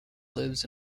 lives